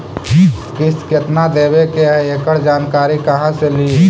किस्त केत्ना देबे के है एकड़ जानकारी कहा से ली?